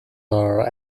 are